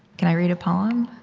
can i read a poem?